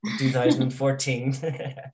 2014